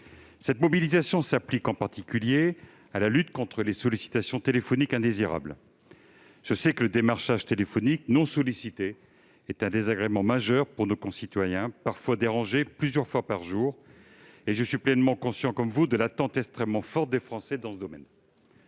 Cette mobilisation s'applique en particulier à la lutte contre les sollicitations téléphoniques indésirables. Le démarchage téléphonique non sollicité est un désagrément majeur pour nos concitoyens, parfois dérangés plusieurs fois par jour. Je suis, comme vous, pleinement conscient de l'attente extrêmement forte des Français dans ce domaine.